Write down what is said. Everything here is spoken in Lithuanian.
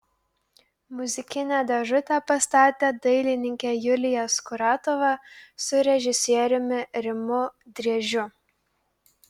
muzikinę dėžutę pastatė dailininkė julija skuratova su režisieriumi rimu driežiu